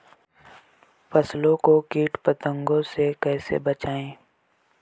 फसल को कीट पतंगों से कैसे बचाएं?